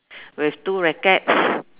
with two rackets